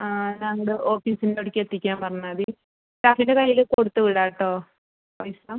ആ കണ്ടു ഓഫീസിൻ്റെ അടുക്കൽ എത്തിക്കാൻ പറഞ്ഞാൽ മതി സ്റ്റാഫിൻ്റെ കയ്യിൽ കൊടുത്ത് വിടാം കേട്ടോ പൈസ